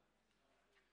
מזל שסגן שר הבריאות,